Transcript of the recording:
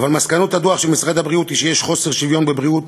אבל מסקנות הדוח של משרד הבריאות הן שיש חוסר שוויון בבריאות,